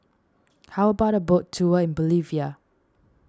how about a boat tour in Bolivia